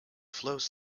flows